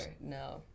No